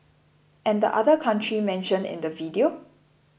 and the other country mentioned in the video